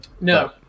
No